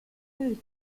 eudes